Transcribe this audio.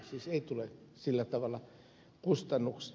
siis ei tule sillä tavalla kustannuksia